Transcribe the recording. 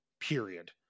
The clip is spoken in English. Period